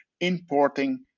importing